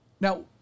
Now